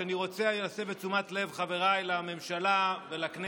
אני רוצה להסב את תשומת לב חבריי לממשלה ולכנסת